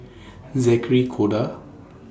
Zackery Koda